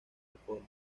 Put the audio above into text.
reforma